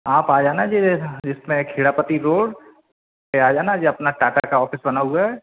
आप आ जाना ये इसमें खेड़ापती रोड पर आ जाना ये अपना टाटा का ऑफिस बना हुआ है